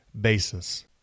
basis